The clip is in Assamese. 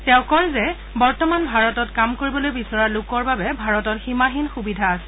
তেওঁ কয় যে বৰ্তমান ভাৰতত কাম কৰিবলৈ বিচৰা লোকৰ বাবে ভাৰতত সীমাহীন সুবিধা আছে